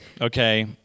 okay